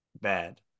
Bad